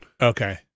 Okay